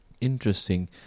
Interesting